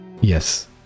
Yes